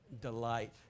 delight